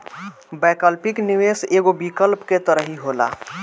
वैकल्पिक निवेश एगो विकल्प के तरही होला